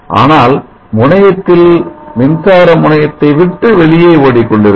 ஆனால் முனையத்தில் மின்சார முனையத்தை விட்டு வெளியே ஓடி கொண்டிருக்கும்